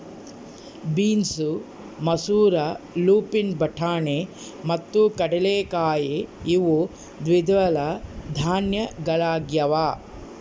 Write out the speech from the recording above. beans ಮಸೂರ lupin ಬಟಾಣಿ ಮತ್ತು ಕಡಲೆಕಾಯಿ ಇವು ದ್ವಿದಳ ಧಾನ್ಯಗಳಾಗ್ಯವ